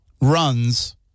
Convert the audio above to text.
runs